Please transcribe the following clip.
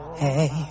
hey